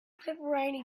pepperoni